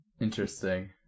Interesting